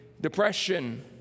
Depression